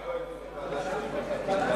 אני לא הייתי בוועדת שרים לחקיקה,